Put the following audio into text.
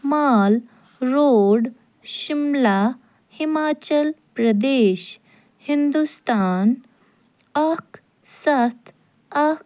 مال روڑ شِملہ ہِماچل پرٛدیش ہنٛدوستان اکھ سَتھ اکھ